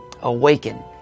awaken